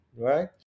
right